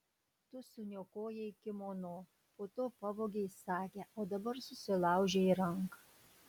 tu suniokojai kimono po to pavogei sagę o dabar susilaužei ranką